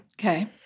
Okay